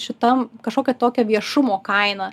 šitam kažkokia tokio viešumo kaina